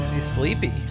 Sleepy